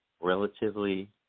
relatively